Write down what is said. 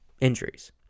Injuries